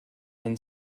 and